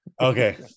Okay